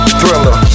thriller